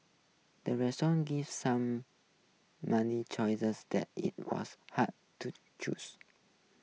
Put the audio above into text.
the restaurant gave some many choices that it was hard to choose